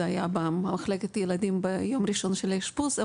במחלקת ילדים ביום הראשון של האשפוז,